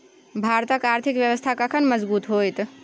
भारतक आर्थिक व्यवस्था कखन मजगूत होइत?